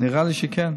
נראה לי שכן.